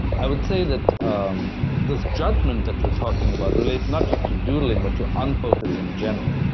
i would say that um this judgment that you're talking about relates not just to doodling, but to unfocus in general.